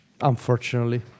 Unfortunately